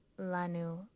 lanu